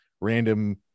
random